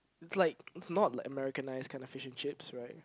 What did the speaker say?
it's like it's not like Americanised kind of fish and chips right